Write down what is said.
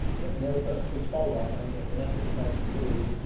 yeah and the other question too is follow up. i mean if vanessa decides to move,